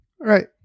Right